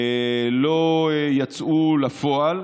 לא יצאו לפועל,